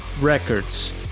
records